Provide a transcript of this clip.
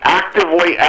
actively